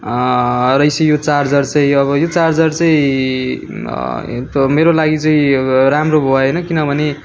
रहेस यो चार्जर चाहिँ अब यो चार्जर चाहिँ त मेरो लागि चाहिँ अब राम्रो भएन किनभने